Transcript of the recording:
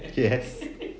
yes